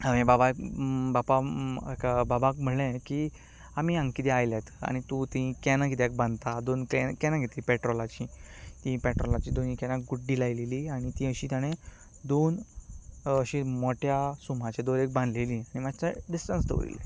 हांवें बापायक बापाक एका बाबाक म्हणलें की आमीं हांगा कित्याक आयल्यात आनी तूं तीं कॅनां कित्याक बांदता दोन कॅनां घेतलीं पॅट्रोलाचीं तीं पॅट्रोलाचीं दोनूय कॅनांक गुड्डी लायिल्ली आनी तीं अशीं ताणें दोन अशीं मोठ्या सुमाचे दोरयेक बांदिल्लीं मातशें डिस्टेंस दवरिल्लें